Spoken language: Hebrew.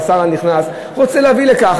והשר הנכנס רוצה להביא לכך.